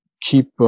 keep